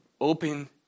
open